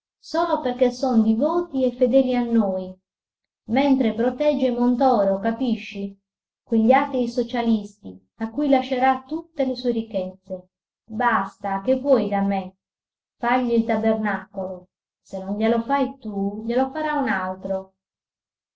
solo perché son divoti e fedeli a noi mentre protegge i montoro capisci quegli atei socialisti a cui lascerà tutte le sue ricchezze basta che vuoi da me fagli il tabernacolo se non glielo fai tu glielo farà un altro